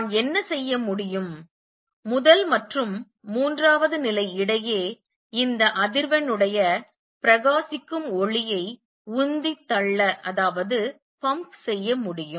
நான் என்ன செய்ய முடியும் முதல் மற்றும் மூன்றாவது நிலை இடையே இந்த அதிர்வெண் உடைய பிரகாசிக்கும் ஒளியை உந்தித் தள்ள முடியும்